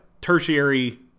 tertiary